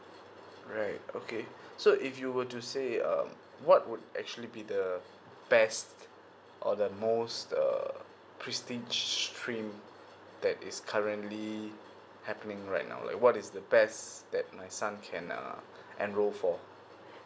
right okay so if you were to say um what would actually be the best or the most err christine stream that is currently happening right now like what is the best that my son can uh enroll for